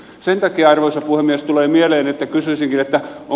sen takia arvoisa puhemies tulee mieleen kysyäkin